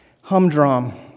humdrum